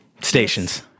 stations